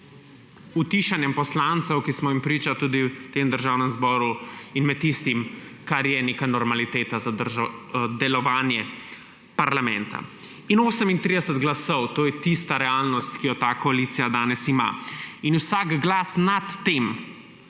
utišanjem poslancev, ki smo jim priča tudi v Državnem zboru, in med tistim, kar je neka normaliteta za delovanje parlamenta. 38 glasov je tista realnost, ki jo ta koalicija danes ima. Vsak glas nad tem